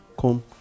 come